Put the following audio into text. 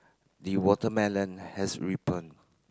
the watermelon has